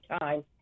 time